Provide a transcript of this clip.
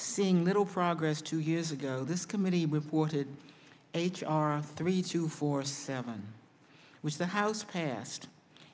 seeing little progress two years ago this committee reported h r three to four seven was the house passed